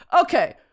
Okay